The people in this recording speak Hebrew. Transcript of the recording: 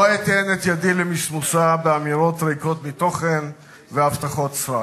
לא אתן את ידי למסמוסה באמירות ריקות מתוכן והבטחות סרק.